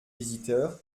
visiteur